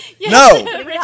No